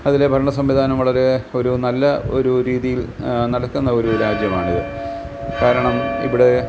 അതിലെ ഭരണ സംവിധാനം വളരെ ഒരു നല്ല ഒരു രീതിയിൽ നടത്തുന്ന ഒരു രാജ്യമാണിത് കാരണം ഇവിടെ